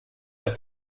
als